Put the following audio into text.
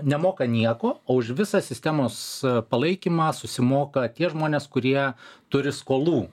nemoka nieko o už visą sistemos palaikymą susimoka tie žmonės kurie turi skolų